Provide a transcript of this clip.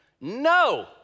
No